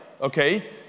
okay